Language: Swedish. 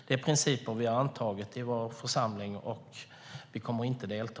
Det är principer vi har antagit i vår församling, och vi kommer inte att delta.